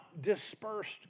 dispersed